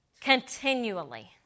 continually